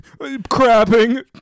Crapping